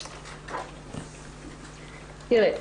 תראה,